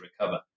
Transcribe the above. recover